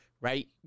right